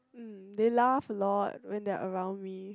mm they laugh a lot when they around me